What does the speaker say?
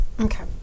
Okay